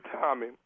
Tommy